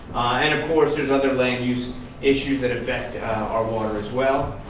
and, of course, there's other land use issues that affect our water, as well.